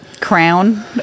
crown